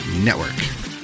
network